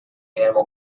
animal